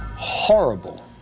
horrible